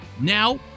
Now